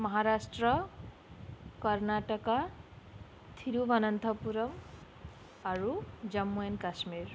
মহাৰাষ্ট্ৰ কৰ্নাটকা থিৰুৱনন্থপুৰম আৰু জম্মু এণ্ড কাশ্মীৰ